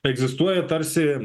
egzistuoja tarsi